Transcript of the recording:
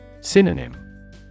Synonym